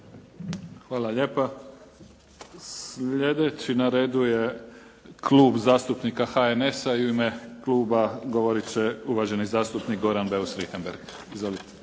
Hvala lijepa. Sljedeći na redu je Klub zastupnika HNS-a i u ime kluba govorit će uvaženi zastupnik Goran Beus Richembergh. Izvolite.